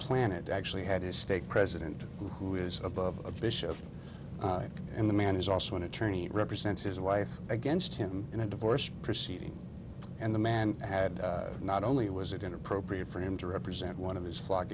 planet actually had a stake president who is above a bishop and the man is also an attorney represents his wife against him in a divorce proceeding and the man had not only was it inappropriate for him to represent one of his flock